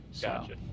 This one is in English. Gotcha